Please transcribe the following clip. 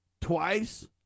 twice